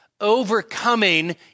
overcoming